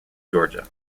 georgia